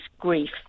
grief